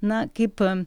na kaip a